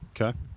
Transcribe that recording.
Okay